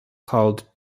called